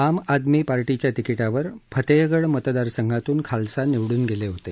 आम आमी पार्टीच्या तिकीटावर फतेहगड मतदार संघातून खालसा निवडून गेले होते